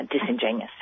disingenuous